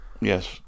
Yes